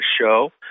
show